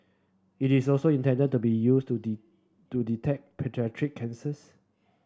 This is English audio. it is also intended to be used to to detect paediatric cancers